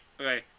Okay